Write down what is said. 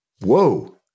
Whoa